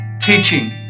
teaching